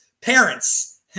parents